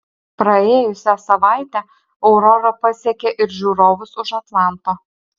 praėjusią savaitę aurora pasiekė ir žiūrovus už atlanto